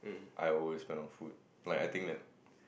I always spend on food like I think that